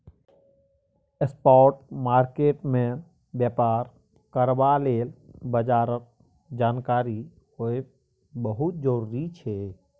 spot market मे बेपार करबा लेल बजारक जानकारी होएब बहुत जरूरी छै